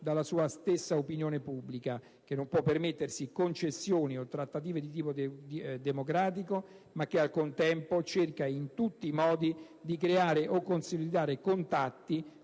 dalla sua stessa opinione pubblica, che non può permettersi concessioni o trattative di tipo democratico, ma che al contempo cerca in tutti modi di creare o consolidare contatti